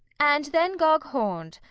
and then gog-horned.